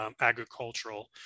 agricultural